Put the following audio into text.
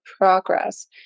progress